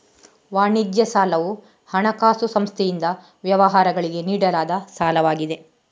ವಾಣಿಜ್ಯ ಸಾಲವು ಹಣಕಾಸು ಸಂಸ್ಥೆಯಿಂದ ವ್ಯವಹಾರಗಳಿಗೆ ನೀಡಲಾದ ಸಾಲವಾಗಿದೆ